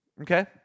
Okay